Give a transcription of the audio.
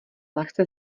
lehce